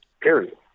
Period